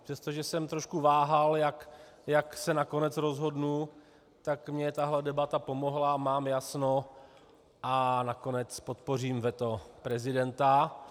Přestože jsem trošku váhal, jak se nakonec rozhodnu, tak mně tahle debata pomohla, mám jasno a nakonec podpořím veto prezidenta.